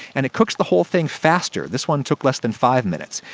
and it cooks the whole thing faster. this one took less than five minutes.